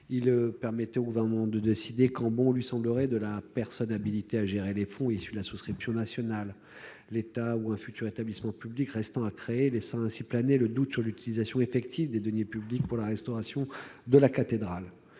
permettait au Gouvernement de décider, quand bon lui semblerait, de la personne habilitée à gérer les fonds issus de la souscription nationale- l'État ou un établissement public restant à créer -, laissant ainsi planer le doute sur l'utilisation effective des deniers publics pour la restauration de la cathédrale.